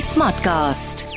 Smartcast